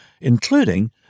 including